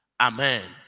Amen